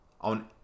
on